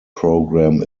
program